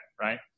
right